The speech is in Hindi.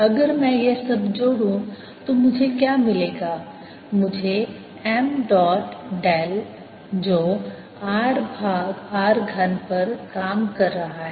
अगर मैं यह सब जोड़ूं तो मुझे क्या मिलेगा मुझे m डॉट डेल जो r भाग r घन पर काम कर रहा है